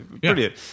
brilliant